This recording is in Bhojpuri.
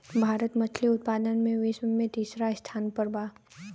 भारत मछली उतपादन में विश्व में तिसरा स्थान पर बा